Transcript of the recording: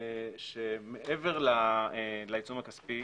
שמעבר לעיצום הכספי,